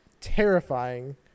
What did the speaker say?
terrifying